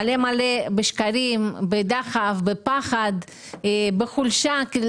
מלא מלא בשקרים, בדחף, בפחד, בחולשה?